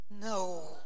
No